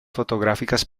fotográficas